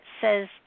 says